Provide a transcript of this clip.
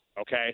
okay